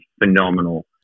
phenomenal